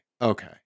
Okay